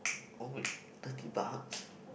only thirty bucks